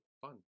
fun